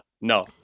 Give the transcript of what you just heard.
no